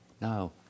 Now